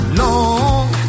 long